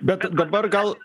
bet dabar gal